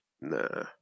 Nah